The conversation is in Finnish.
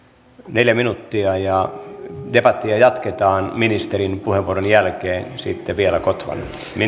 neljä minuuttia debattia jatketaan ministerin puheenvuoron jälkeen sitten vielä kotvan